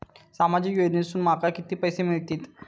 सामाजिक योजनेसून माका किती पैशे मिळतीत?